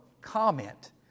comment